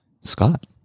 Scott